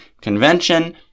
convention